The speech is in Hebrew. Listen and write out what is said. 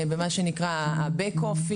במה שנקרא הבק-אופיס,